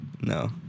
No